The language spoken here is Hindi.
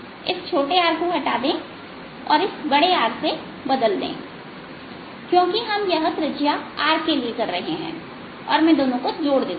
इस छोटे r को हटा दें और इसे बड़े R से बदल दे क्योंकि हम यह त्रिज्या R के लिए कर रहे हैं और मैं दोनों को जोड़ देता हूं